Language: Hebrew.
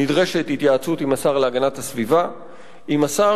נדרשת התייעצות עם השר להגנת הסביבה ועם השר